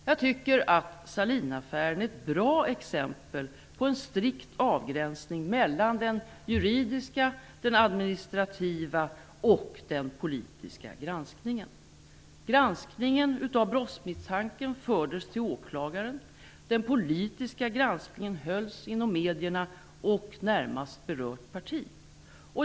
Jag tycker att Sahlinaffären är ett bra exempel på en strikt avgränsning mellan den juridiska, den administrativa och den politiska granskningen. Granskningen när det gällde brottsmisstanken fördes till åklagaren. Den politiska granskningen hölls inom medierna och inom närmast berört parti.